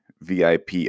VIP